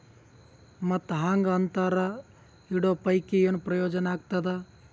ಮತ್ತ್ ಹಾಂಗಾ ಅಂತರ ಇಡೋ ಪೈಕಿ, ಏನ್ ಪ್ರಯೋಜನ ಆಗ್ತಾದ?